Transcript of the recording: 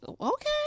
okay